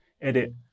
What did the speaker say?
edit